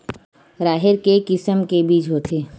राहेर के किसम के बीज होथे?